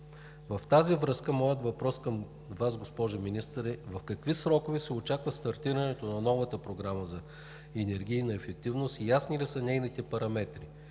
с това моят въпрос към Вас, госпожо Министър, е: в какви срокове се очаква стартирането на новата програма за енергийна ефективност и ясни ли са нейните параметри;